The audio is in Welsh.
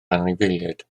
anifeiliaid